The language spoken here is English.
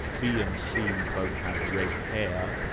b and c both have red hair,